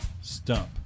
Stump